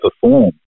perform